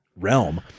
realm